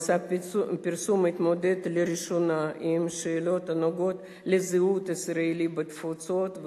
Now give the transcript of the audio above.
מסע הפרסום התמודד לראשונה עם שאלות הנוגעות לזהות הישראלית בתפוצות,